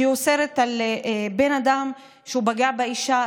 שאוסרת על בן אדם שפגע באישה,